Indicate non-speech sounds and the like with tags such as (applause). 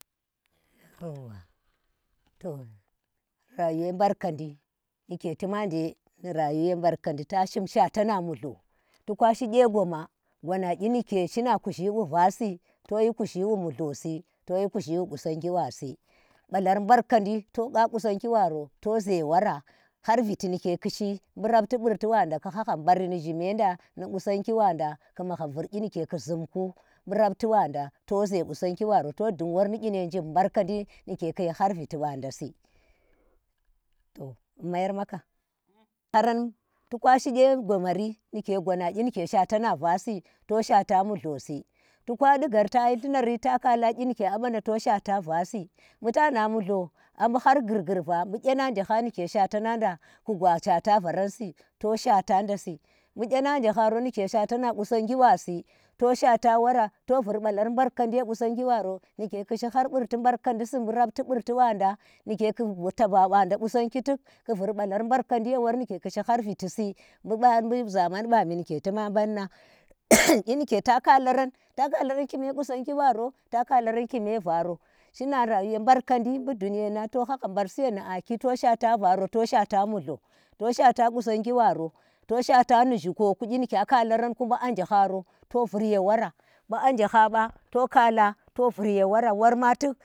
Yauwa to, rayuwa barkandi ndike tima de ni rayuwa mbar kandi ta shim shaata ha mullho ta kwa sho gye goma kwama nyi nike shima kuzhi wa vasi shima kuzhi wu mullho si toyi kuzhi wu qusongi wasi. ba lar mbar kandi to qa qusangi waro to ze wara har viti nike ki shi bu rafti burti wanda ku hhagha bari ni zyi meda nu qusangi wanda, ku magham jur kyi nike ku zumku bu rafti wanda to ze qusanggi waro to dung wor nyi yene njib mbarkandi ni ke kushi har viti bandasi to in mayar maka, haran, to kwashi kye gomari nike gwana kyi nike shaata na vasii to shaata mullho si. to ka di ghar tayi llu nari ta kala kyi nike abaha to shaata vasi bu tana mullho abu har ghurghur va, bi gyena je ha nike shaatana nda ku kwa shaatana qusaongi wasi, to shaata wora to vur ba lar mbarkandi ye qusonggi waro ni ke kishi har wanda nike ku ta ba banda qusanggi tuk ku vur babar mbarkandi ye wor nike ku shi har vitisi. bu zaman bami ni ke tima bannan (noise) kyi nike ta khalaran, ta kala ran kime qusanggi baro ta khalaran kike varo, shina rayuwe markandi bu duniye ag to han ha bar ni aki to shaata varo, to shaata mullho, to shaata varo, to shaata mullho to shaata qusonggi waro, to shata nu zyikoku kyi nike bu a khala kaku, bu aje hharo, to vurye wora bu aje hhaba, to kaala, to vur ye wora, worma tuk.